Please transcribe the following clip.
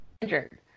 injured